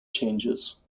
changes